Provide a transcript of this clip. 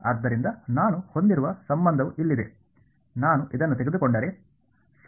ಆದ್ದರಿಂದ ನಾನು ಹೊಂದಿರುವ ಸಂಬಂಧವು ಇಲ್ಲಿದೆ ನಾನು ಇದನ್ನು ತೆಗೆದುಕೊಂಡರೆ ಮತ್ತು